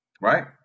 right